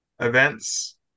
events